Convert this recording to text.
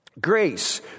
Grace